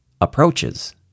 approaches